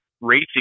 racing